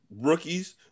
rookies